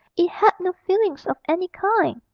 it had no feelings of any kind.